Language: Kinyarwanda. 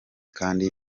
kandi